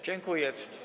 Dziękuję.